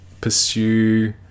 pursue